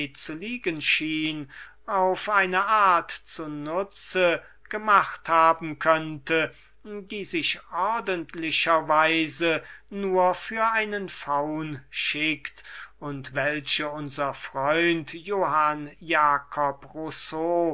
auf eine art zu nutze gemacht haben könnte welche sich ordentlicher weise nur für einen faunen schickt und welche unser freund johann jacob